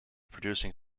producing